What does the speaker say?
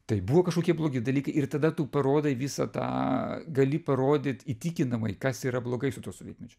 tai buvo kažkokie blogi dalykai ir tada tu parodai visą tą gali parodyt įtikinamai kas yra blogai su tuo sovietmečiu